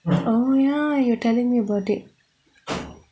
oh ya you were telling me about it